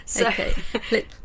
Okay